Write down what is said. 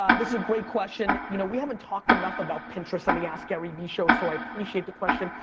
um this a great question. you know we haven't talked enough about pinterest on the askgaryvee show, so i appreciate the question.